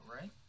right